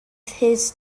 his